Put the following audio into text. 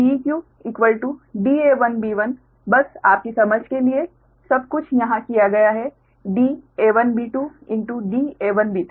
तो Deq da1b1 बस आपकी समझ के लिए सब कुछ यहाँ किया गया है da1b2 da1b3